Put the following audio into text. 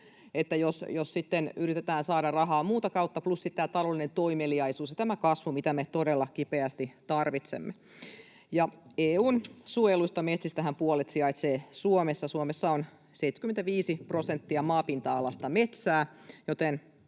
yritetään saada rahaa muuta kautta, plus sitten tulevat tämä taloudellinen toimeliaisuus ja tämä kasvu, mitä me todella kipeästi tarvitsemme. EU:n suojelluista metsistähän puolet sijaitsee Suomessa. Suomessa on 75 prosenttia maapinta-alasta metsää,